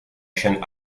chaîne